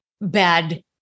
bad